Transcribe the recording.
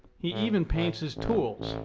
he even paints his tools.